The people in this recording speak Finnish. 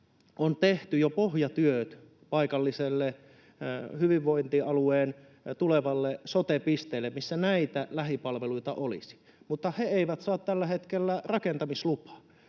on tehty jo pohjatyöt hyvinvointialueen tulevalle paikalliselle sote-pisteelle, missä näitä lähipalveluita olisi, mutta he eivät saa tällä hetkellä rakentamislupaa.